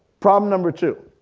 problem number two.